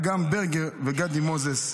אגם ברגר וגדי מוזס,